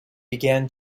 began